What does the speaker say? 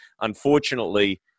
unfortunately